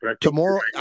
Tomorrow